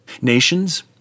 Nations